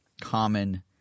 common